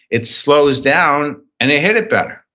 it slows down and they hit it better.